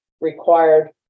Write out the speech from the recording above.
required